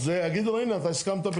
אז יגידו לו 'הנה, אתה הסכמת בכתב'.